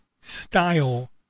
style